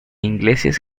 iglesias